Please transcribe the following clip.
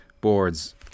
boards